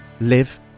live